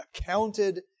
accounted